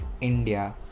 india